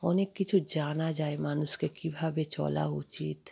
অনেক কিছু জানা যায় মানুষকে কীভাবে চলা উচিত